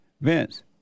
Vince